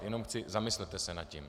Jenom chci zamyslete se nad tím.